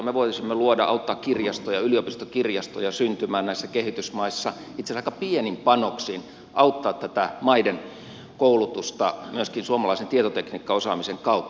me voisimme luoda auttaa kirjastoja yliopistokirjastoja syntymään näissä kehitysmaissa itse asiassa aika pienin panoksin auttaa tätä maiden koulutusta myöskin suomalaisen tietotekniikkaosaamisen kautta